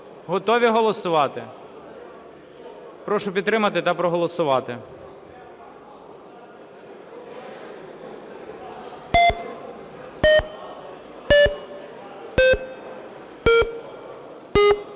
Готові голосувати? Прошу підтримати та проголосувати.